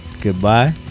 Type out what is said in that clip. goodbye